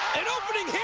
an opening hand